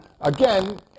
again